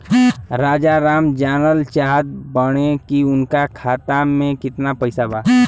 राजाराम जानल चाहत बड़े की उनका खाता में कितना पैसा बा?